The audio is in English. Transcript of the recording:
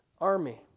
army